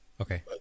Okay